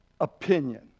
opinion